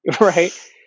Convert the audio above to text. right